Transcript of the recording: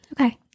Okay